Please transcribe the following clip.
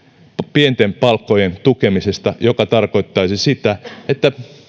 pienten palkkojen tukemisesta joka tarkoittaisi sitä että